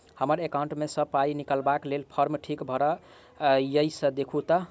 हम्मर एकाउंट मे सऽ पाई निकालबाक लेल फार्म ठीक भरल येई सँ देखू तऽ?